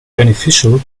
beneficial